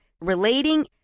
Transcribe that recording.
relating